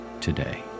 today